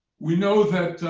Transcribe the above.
we know that